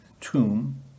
tomb